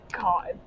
God